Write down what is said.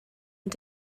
ond